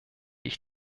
ich